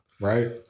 right